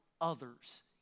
others